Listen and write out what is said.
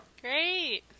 Great